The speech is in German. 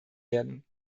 werden